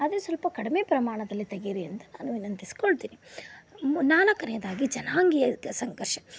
ಆದರೆ ಸ್ವಲ್ಪ ಕಡಿಮೆ ಪ್ರಮಾಣದಲ್ಲಿ ತೆಗೀರಿ ಅಂತ ನಾನು ವಿನಂತಿಸಿಕೊಳ್ತೀನಿ ಮ್ ನಾಲ್ಕನೇಯದಾಗಿ ಜನಾಂಗೀಯ ಸಂಘರ್ಷ